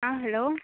आं हॅलो